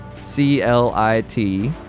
C-L-I-T